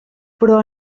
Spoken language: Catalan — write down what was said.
però